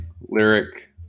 lyric